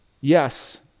Yes